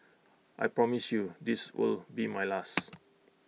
I promise you this will be my last